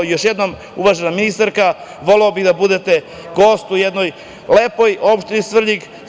Još jednom, uvažena ministarka, voleo bih da budete gost u jednoj lepoj opštini Svrljig.